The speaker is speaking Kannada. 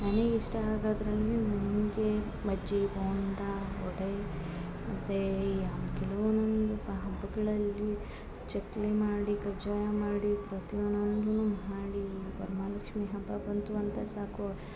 ನನಗೆ ಇಷ್ಟ ಆಗೋದರಲ್ಲಿ ನನಗೆ ಬಜ್ಜಿ ಬೋಂಡ ವಡೆ ಮತ್ತು ಇಯಾ ಕೆಲವು ಒನ್ನೊಂದು ಹಬ್ಬಗಳಲ್ಲಿ ಚಕ್ಲಿ ಮಾಡಿ ಕಜ್ಜಾಯ ಮಾಡಿ ಪ್ರತಿ ಒಂದೊಂದನ್ನು ಮಾಡಿ ವರ್ಮಹಾಲಕ್ಷ್ಮೀ ಹಬ್ಬ ಬಂತು ಅಂತ ಸಾಕು